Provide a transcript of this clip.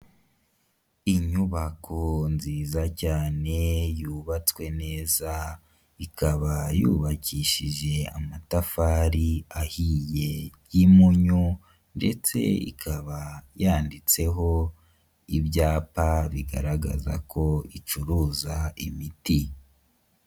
Inyubako nziza cyane yubatswe neza ikaba yubakishije amatafari ahiye y'impunyu ndetse ikaba yanditseho ibyapa bigaragaza ko icuruza imiti.